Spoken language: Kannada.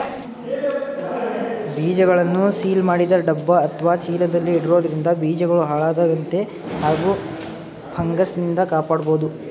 ಬೀಜಗಳನ್ನು ಸೀಲ್ ಮಾಡಿದ ಡಬ್ಬ ಅತ್ವ ಚೀಲದಲ್ಲಿ ಇಡೋದ್ರಿಂದ ಬೀಜಗಳು ಹಾಳಾಗದಂತೆ ಹಾಗೂ ಫಂಗಸ್ನಿಂದ ಕಾಪಾಡ್ಬೋದು